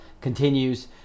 continues